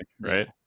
right